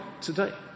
today